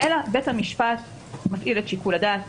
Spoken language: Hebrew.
אלא בית המשפט מפעיל את שיקול הדעת,